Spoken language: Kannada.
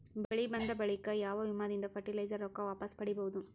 ಬೆಳಿ ಬಂದ ಬಳಿಕ ಯಾವ ವಿಮಾ ದಿಂದ ಫರಟಿಲೈಜರ ರೊಕ್ಕ ವಾಪಸ್ ಪಡಿಬಹುದು?